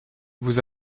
vous